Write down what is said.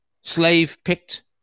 slave-picked